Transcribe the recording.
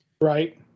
Right